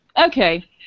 Okay